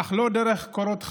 אך לא דרך קורות חיי,